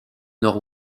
nord